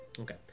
Okay